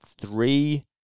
three